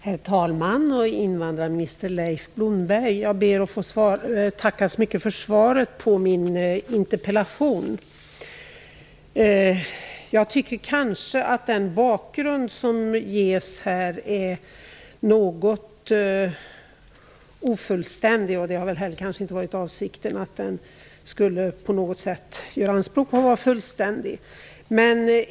Herr talman! Invandrarminister Leif Blomberg! Jag ber att få tacka så mycket för svaret på min interpellation. Jag tycker kanske att den bakgrund som ges här är något ofullständig, och det har kanske heller inte varit avsikten att på något sätt göra anspråk på att den skulle vara fullständig.